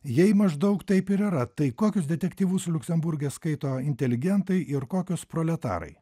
jei maždaug taip yra tai kokius detektyvus liuksemburge skaito inteligentai ir kokius proletarai